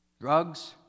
drugs